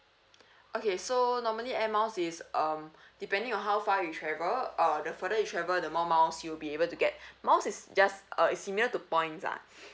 okay so normally Air Miles is um depending on how far you travel uh the further you travel the more miles you'll be able to get miles is just uh is similar to points lah